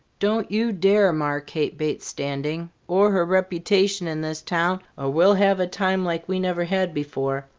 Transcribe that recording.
don't you dare mar kate bates' standing, or her reputation in this town, or we'll have a time like we never had before.